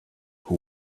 who